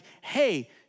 hey